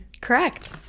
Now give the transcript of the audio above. Correct